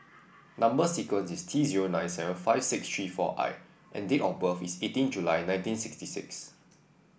number sequence is T zero nine seven five six three four I and date of birth is eighteen July nineteen sixty six